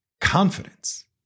confidence